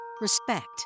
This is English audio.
respect